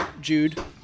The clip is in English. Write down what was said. Jude